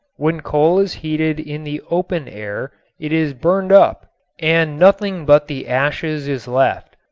when coal is heated in the open air it is burned up and nothing but the ashes is left.